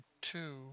two